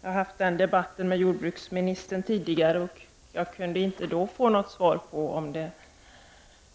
Jag har tidigare fört en debatt därom med jordbruksministern men kunde inte då få svar på frågan om sådana djurförsök